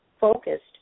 focused